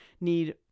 need